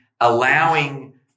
allowing